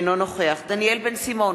אינו נוכח דניאל בן-סימון,